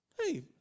Hey